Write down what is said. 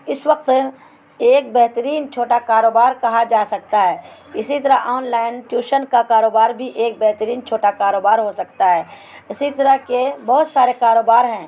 اس وقت ایک بہترین چھوٹا کاروبار کہا جا سکتا ہے اسی طرح آن لائن ٹیوشن کا کاروبار بھی ایک بہترین چھوٹا کاروبار ہو سکتا ہے اسی طرح کے بہت سارے کاروبار ہیں